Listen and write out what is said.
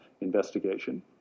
investigation